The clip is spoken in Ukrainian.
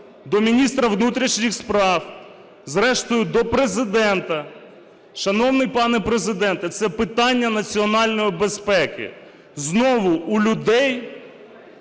до міністра внутрішніх справ, зрештою до Президента. Шановний пане Президенте, це питання національної безпеки, знову в людей